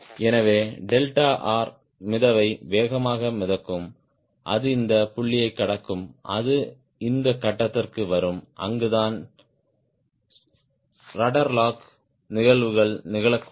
எனவே delta R மிதவை வேகமாக மிதக்கும் அது இந்த புள்ளியைக் கடக்கும் அது இந்த கட்டத்திற்கு வரும் அங்குதான் ரட்ட்ர் லாக் நிகழ்வுகள் நிகழக்கூடும்